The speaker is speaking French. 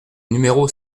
numéro